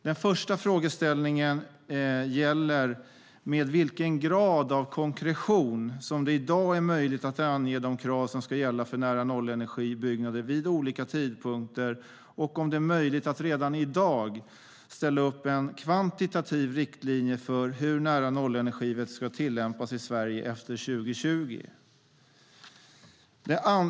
Den första frågeställningen gäller med vilken grad av konkretion som det i dag är möjligt att ange de krav som ska gälla för nära-nollenergibyggnader vid olika tidpunkter och om det är möjligt att redan i dag ställa upp en kvantitativ riktlinje för hur direktivet om nära-nollenergi ska tillämpas i Sverige efter 2020.